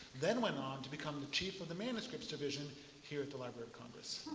then went on to become the chief of the manuscripts division here at the library of congress.